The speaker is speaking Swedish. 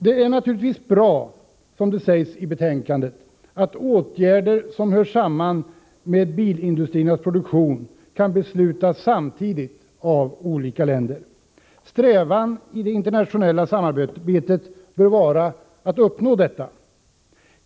Det är naturligtvis bra om, som det sägs i betänkandet, åtgärder som hör samman med bilindustriernas produktion kan beslutas samtidigt av olika länder. Strävan i det internationella samarbetet bör vara att uppnå detta.